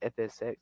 FSX